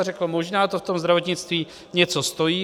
Řekl, možná to v tom zdravotnictví něco stojí.